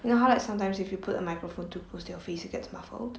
you know how like sometimes if you put a microphone to close to your face it gets muffled